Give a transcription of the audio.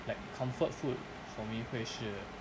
like comfort food for me 会是